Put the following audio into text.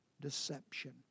deception